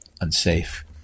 unsafe